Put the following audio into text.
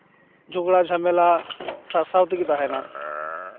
ᱡᱷᱚᱜᱽᱲᱟ ᱡᱷᱟᱢᱮᱞᱟ ᱥᱟᱨᱥᱟᱣ ᱛᱮᱜᱮ ᱛᱟᱦᱮᱱᱟ